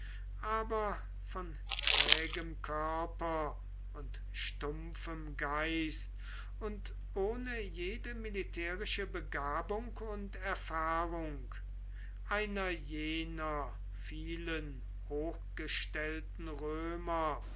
aber von trägem körper und stumpfem geist und ohne jede militärische begabung und erfahrung einer jener vielen hochgestellten römer